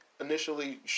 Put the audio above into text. initially